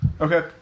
Okay